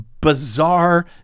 bizarre